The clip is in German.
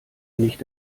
nicht